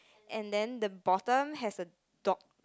and then the bottom has a dog